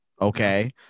okay